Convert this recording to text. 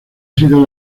sido